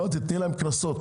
תן להם קנסות.